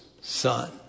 son